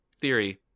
theory